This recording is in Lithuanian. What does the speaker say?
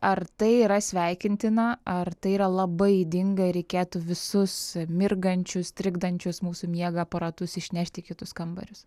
ar tai yra sveikintina ar tai yra labai ydinga ir reikėtų visus mirgančius trikdančius mūsų miegą aparatus išnešti į kitus kambarius